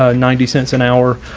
ah ninety cents an hour.